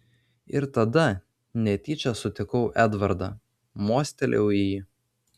ir tada netyčia sutikau edvardą mostelėjau į jį